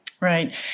Right